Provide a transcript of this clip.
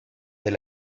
del